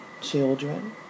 children